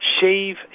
shave